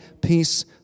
peace